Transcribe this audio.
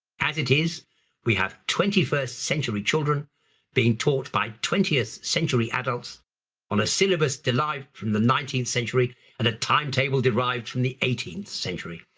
as it is we have twenty first century children being taught by twentieth century adults on a syllabus delight from the nineteenth century and a timetable derived from the eighteenth century.